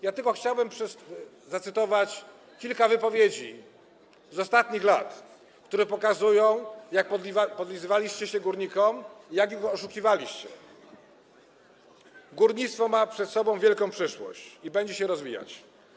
Ja tylko chciałbym zacytować kilka wypowiedzi z ostatnich lat, które pokazują, jak podlizywaliście się górnikom i jak ich oszukiwaliście: Górnictwo ma przed sobą wielką przyszłość i będzie się rozwijać.